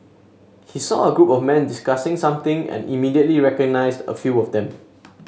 he saw a group of men discussing something and immediately recognised a few of them